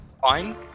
Fine